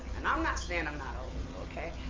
and i'm not saying i'm not old, okay.